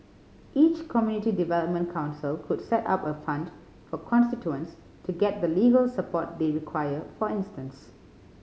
each community development council could set up a fund for constituents to get the legal support they require for instance